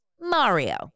Mario